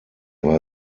war